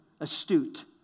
astute